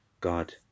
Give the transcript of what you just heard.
God